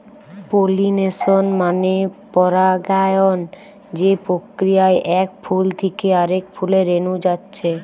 pollination মানে পরাগায়ন যে প্রক্রিয়ায় এক ফুল থিকে আরেক ফুলে রেনু যাচ্ছে